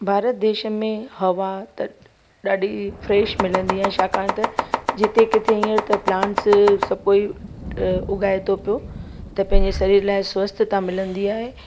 भारत देश में हवा त ॾाढी फ्रेश मिलंदी आहे छाकाणि त जिते किथे हींअर त प्लांट्स सभु कोइ उगाए थो पियो त पंहिंजे शरीर लाइ स्वस्थता मिलंदी आहे